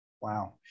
wow